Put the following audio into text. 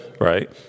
Right